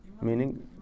meaning